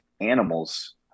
animals